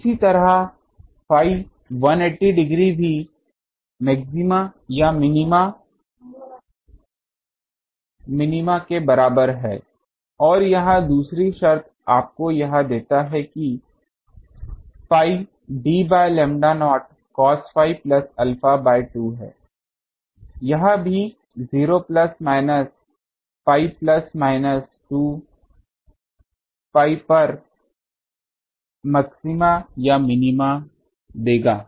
इसी तरह phi 180 degree भी मैक्सिमा या मिनिमा के बराबर है और यह दूसरी शर्त आपको यह देता है कि pi d by lambda naught cos phi plus alpha by 2 यह भी 0 plus minus pi plus minus 2pi पर मैक्सिमा या मिनिमा देगा